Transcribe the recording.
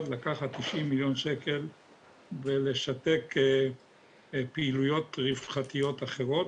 לקחת 90 מיליון שקל ולשתק פעילויות רווחתיות אחרות.